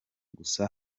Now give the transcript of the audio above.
gusa